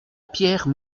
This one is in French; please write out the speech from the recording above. pierre